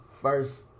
First